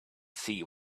see